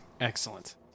Excellent